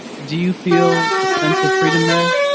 do you feel a sense of freedom there?